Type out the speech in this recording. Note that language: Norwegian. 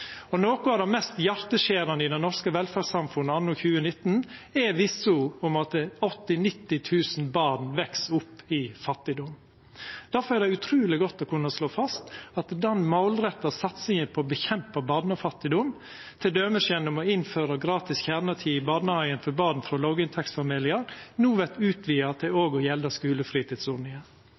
ulikskap. Noko av det mest hjarteskjerande i det norske velferdssamfunnet anno 2019 er vissa om at 80 000–90 000 barn veks opp i fattigdom. Difor er det utruleg godt å kunna slå fast at den målretta satsinga for å kjempa mot barnefattigdom, t.d. gjennom å innføra gratis kjernetid i barnehagen for barn frå låginntektsfamiliar, no vert utvida til òg å gjelda skulefritidsordninga, og